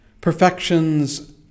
Perfections